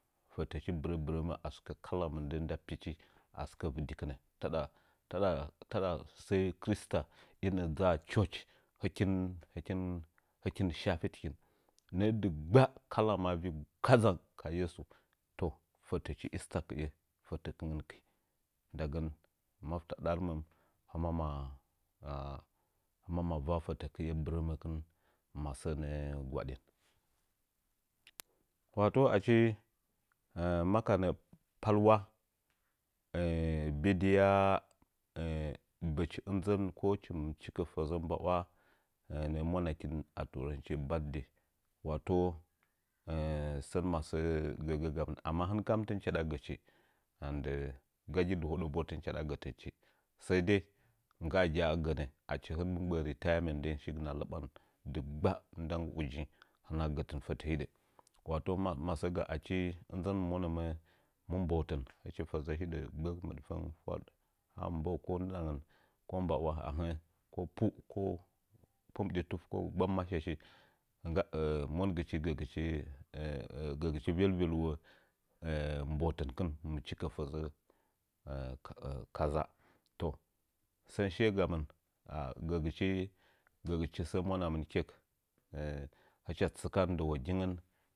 Fətə chi bɨrə bɨramə ni asɨkə kala mɨndə nda pichi agɨkə kinə tada tada tada sai christa innə'ə dzaa church hɨkin hɨkin hɨkin shifi tɨkin mə'ə degba kala maa vi kedzang ka yeso to fətəchi esther kɨye fətəkɨngən ki ndagəm masta darɨ məm hɨma məm hɨma va fətəkiya bɨn əməkɨn masə nə'ə gwaɗin wato achi makə nə'ə palwa bi diya bəchi lnzən ko hɨchuu dikə ke fəzə mbawa nə'ə mwanakin di turanchi badday wah to sən masə gəgə gamɨn anna hɨnɨ kam tɨn chaɗa gəchi nggam ndɨ gagi dɨ hodə mbu tin chaɗa gətɨnchi sai dai nggangi agənə achi hɨnɨm gbə'ə retinement nden shigɨma lɨbam dɨgba fətə hidə. wati masə ga achi inzən monəmə mɨ mbəhətən fəzə hidə, gbəh mɨɗfəng fwaɗ a mbu'ə ndidan ko mba nea ahə'ə ko pu ko pu mbɨɗi tuf ko gbam mashi "ngga-mongɨchi” gəgichi vel velwo mbə tɨnkɨn nggɨ chikə fəzə kaza to sən shiye gamti are gəgici gəgichi səə monamɨn chi a hɨcha tsɨka ndəwogingm.